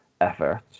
effort